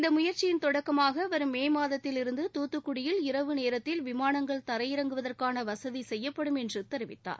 இந்த முயற்சியின் தொடக்கமாக வரும் மே மாதத்தில் இருந்து தூத்துக்குடியில் இரவு நேரத்தில் விமானங்கள் தரையிறங்குவதற்கான வசதி செய்யப்படும் என்று தெரிவித்தார்